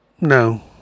No